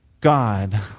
God